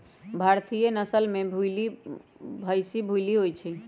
भारतीय नसल में भइशी भूल्ली होइ छइ